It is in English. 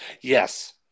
Yes